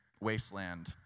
wasteland